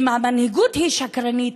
אם המנהיגות שקרנית,